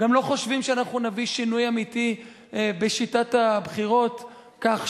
גם לא חושבים שאנחנו נביא שינוי אמיתי בשיטת הבחירות כך